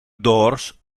doors